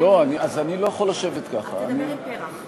אני לא זוכר מצב שבו הוקמה ממשלה ולא היו שינויים,